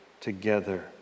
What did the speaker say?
together